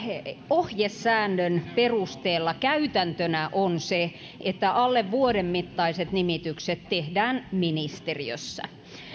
ohjesäännön perusteella käytäntönä on se että alle vuoden mittaiset nimitykset tehdään ministeriössä